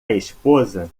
esposa